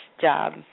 job